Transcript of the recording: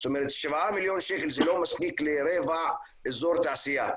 זאת אומרת שבעה מיליון שקל זה לא מספיק לרבע אזור תעשייה,